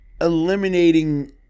eliminating